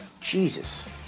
Jesus